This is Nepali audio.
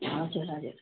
हजुर हजुर